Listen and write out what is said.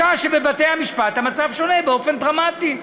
בשעה שבבתי-המשפט המצב שונה באופן דרמטי.